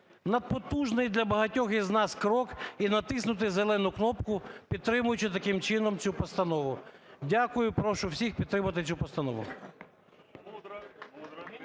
надпотужний для багатьох із нас крок і натиснути зелену кнопку, підтримуючи таким чином цю постанову. Дякую. Прошу всіх підтримати цю постанову.